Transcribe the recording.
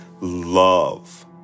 love